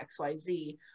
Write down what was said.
XYZ